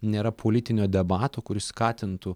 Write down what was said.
nėra politinio debato kuris skatintų